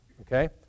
okay